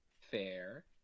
Fair